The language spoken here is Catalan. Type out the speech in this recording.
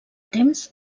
temps